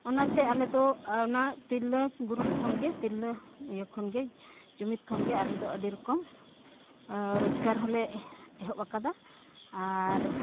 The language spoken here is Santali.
ᱚᱱᱟᱛᱮ ᱟᱞᱮ ᱫᱚ ᱚᱱᱟ ᱛᱤᱨᱞᱟᱹ ᱜᱨᱩᱯ ᱠᱷᱚᱱᱜᱮ ᱛᱤᱨᱞᱟᱹ ᱤᱭᱟᱹ ᱠᱷᱚᱱᱜᱮ ᱡᱩᱢᱤᱫ ᱠᱷᱚᱱᱜᱮ ᱟᱞᱮ ᱫᱚ ᱟᱹᱰᱤ ᱨᱚᱠᱚᱢ ᱨᱚᱡᱽᱜᱟᱨ ᱦᱚᱸᱞᱮ ᱮᱦᱚᱵᱽ ᱟᱠᱟᱫᱟ ᱟᱨ